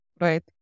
right